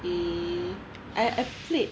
eh I I played